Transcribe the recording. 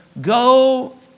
Go